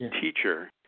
teacher